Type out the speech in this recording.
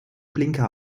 blinker